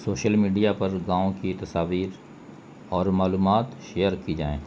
social media پر گاؤں کی تصاویر اور معلومات شیئر کی جائیں